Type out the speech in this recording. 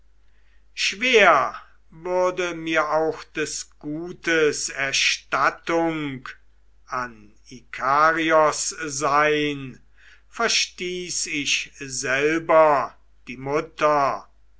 schwer würde mir auch des gutes erstattung an ikarios sein verstieß ich selber die mutter